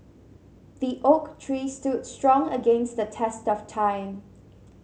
the oak tree stood strong against the test of time